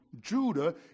judah